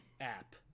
app